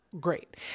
Great